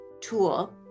tool